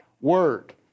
Word